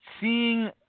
seeing